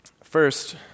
First